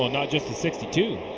ah not just the sixty two.